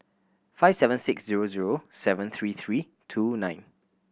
five seven six zero zero seven three three two nine